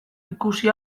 ikusi